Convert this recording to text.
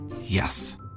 Yes